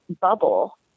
bubble